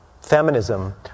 feminism